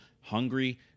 hungry